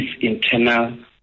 internal